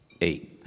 Eight